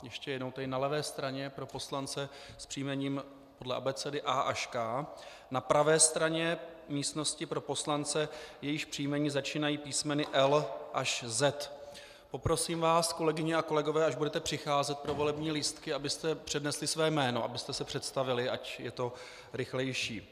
Ještě jednou tedy: na levé straně pro poslance s příjmením podle abecedy A až K, na pravé straně místnosti pro poslance, jejichž příjmení začínají písmeny L až Z. Poprosím vás, kolegyně a kolegové, až budete přicházet pro volební lístky, abyste přednesli své jméno, abyste se představili, ať je to rychlejší.